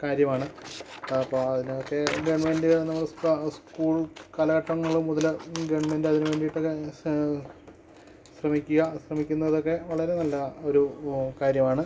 കാര്യമാണ് അപ്പോൾ അതിനൊക്കെ ഗവൺമെൻറ്റ് നമ്മൾക്ക് സ്കൂൾ കാലഘട്ടങ്ങളും മുതല് ഗവൺമെൻറ്റ് അതിന് വേണ്ടിയിട്ടൊക്കെ ശ്രമിക്കുക ശ്രമിക്കുന്നതൊക്കെ വളരെ നല്ല ഒരു കാര്യമാണ്